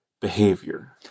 behavior